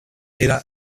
era